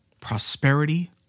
Prosperity